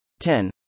10